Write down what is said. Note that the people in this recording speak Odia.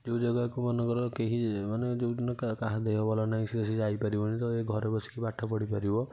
ଯେଉଁ ଜାଗାକୁ ମନେକର କେହି ମାନେ ଯେଉଁଦିନ କା କାହା ଦେହ ଭଲ ନାହିଁ ସେ ସେ ଯାଇପାରିବନି ତ ଘରେ ବସିକି ପାଠପଢ଼ି ପାରିବ